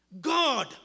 God